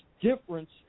difference